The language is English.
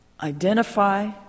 Identify